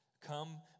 Come